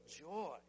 joy